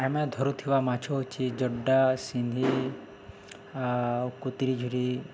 ଆମେ ଧରୁଥିବା ମାଛ ହଉଚି ଜଡ଼ା ସିଧି ଆଉ କୋତିରି ଝୁରି